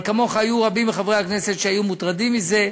אבל כמוך היו רבים מחברי הכנסת שהיו מוטרדים מזה.